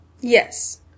Yes